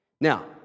Now